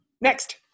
next